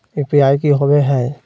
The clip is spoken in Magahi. यू.पी.आई की होवे है?